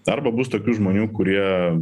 arba bus tokių žmonių kurie